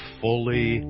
fully